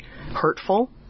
hurtful